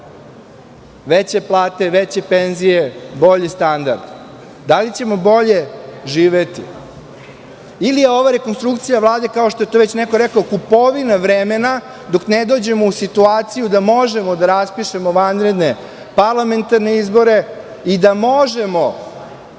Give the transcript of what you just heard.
veće plate, veće penzije, bolji standard? Da li ćemo bolje živeti ili je ova rekonstrukcija Vlade, kao što je to već neko rekao, kupovina vremena dok ne dođemo u situaciju da možemo da raspišemo vanredne parlamentarne izbore i da možemo,